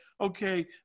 okay